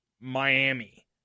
Miami